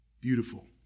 Beautiful